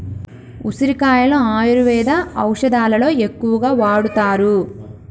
ఉసిరికాయలను ఆయుర్వేద ఔషదాలలో ఎక్కువగా వాడుతారు